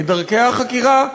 את דרכי החקירה,